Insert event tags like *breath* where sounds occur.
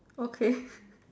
okay *breath*